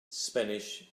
spanish